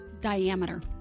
diameter